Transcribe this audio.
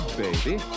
baby